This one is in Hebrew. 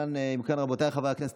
חברי הכנסת,